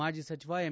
ಮಾಜಿ ಸಚಿವ ಎಂ